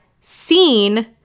seen